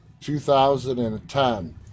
2010